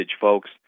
folks